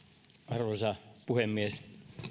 arvoisa puhemies